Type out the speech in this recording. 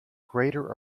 greater